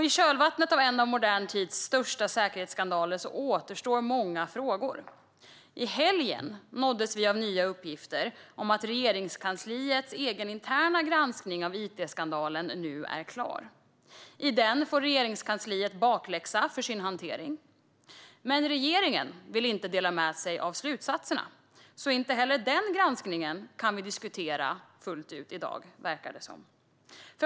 I kölvattnet av en av modern tids största säkerhetsskandaler återstår många frågor. I helgen nåddes vi av nya uppgifter om att Regeringskansliets egna interna granskning av it-skandalen är klar. I den får Regeringskansliet bakläxa för sin hantering. Men regeringen vill inte dela med sig av slutsatserna. Inte heller den granskningen kan vi diskutera fullt ut i dag.